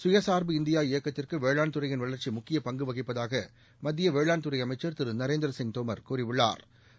சுயசார்பு இந்தியா இயக்கத்திற்கு வேளாண் துறையின் வளர்ச்சி முக்கிய பங்கு வகிப்பதாக மத்திய வேளாண்துறை அமைச்சா் திரு நரேந்திரசிங் தோமா் கூறியுள்ளாா்